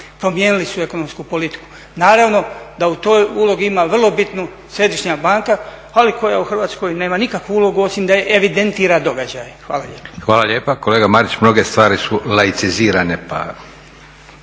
Promijenili su ekonomsku politiku. Naravno da u toj ulozi ima vrlo bitnu Središnja banka ali koja u Hrvatskoj nema nikakvu ulogu osim da evidentira događaj. Hvala lijepa. **Leko, Josip (SDP)** Hvala lijepa. Kolega Marić mnoge stvari su lajicizirane